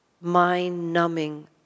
mind-numbing